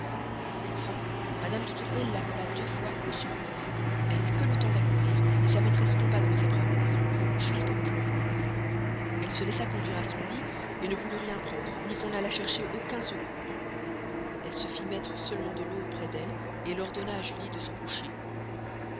enfin mme de tourvel l'appela deux fois coup sur coup elle n'eut que le temps d'accourir sa maîtresse tomba dans ses bras en disant je n'en peux plus elle se laissa conduire à son lit ne voulut rien prendre ni qu'on allât chercher aucun secours elle se fit mettre seulement de l'eau auprès d'elle elle ordonna à julie de se coucher